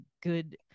good